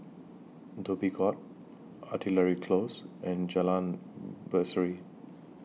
Dhoby Ghaut Artillery Close and Jalan Berseri